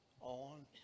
On